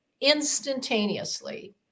instantaneously